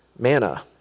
manna